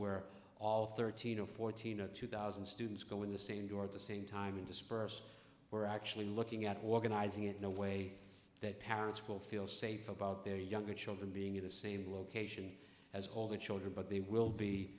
where all thirteen or fourteen or two thousand students go in the same door at the same time in disperse we're actually looking at organizing it no way that parents will feel safe about their younger children being in the same location as all the children but they will be